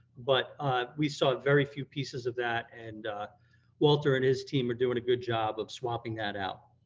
but we saw very few pieces of that and walter and his team are doing a good job of swapping that out.